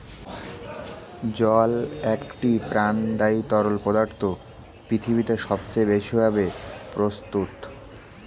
জল একটি প্রাণদায়ী তরল পদার্থ পৃথিবীতে সবচেয়ে বেশি ভাবে প্রস্তুত